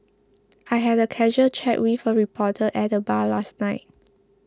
I had a casual chat with a reporter at the bar last night